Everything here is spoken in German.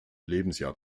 lebensjahr